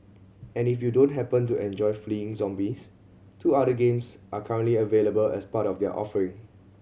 and if you don't happen to enjoy fleeing zombies two other games are currently available as part of their offering